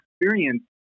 experience